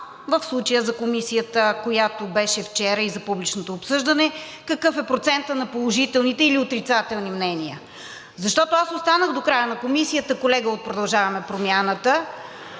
в случая за Комисията, която беше вчера, и за публичното обсъждане, какъв е процентът на положителните или отрицателните мнения. Защото аз останах до края на Комисията, колега от „Продължаваме Промяната“,